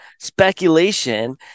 speculation